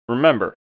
Remember